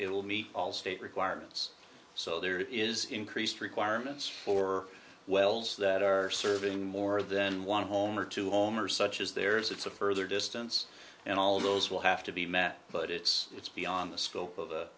it will be all state requirements so there is increased requirements for wells that are serving more than one home or two home or such as there is it's a further distance and all of those will have to be met but it's it's beyond the scope of the